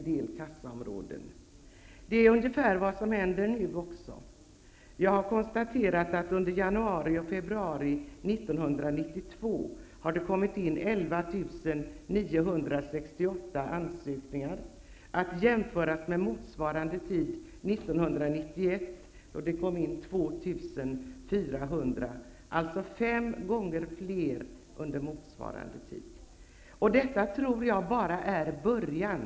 Detta är ungefär vad som händer nu också. Jag har konstaterat att det under januari och februari 1992 har kommit in 11 968 ansökningar, att jämföras med motsvarande tid 1991 då det kom in 2 400 ansökningar. Ansökningarna har alltså blivit fem gånger fler. Jag tror att detta bara är början.